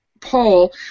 poll